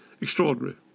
Extraordinary